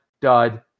dud